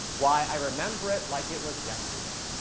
why, i remember it like it was yesterday.